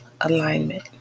alignment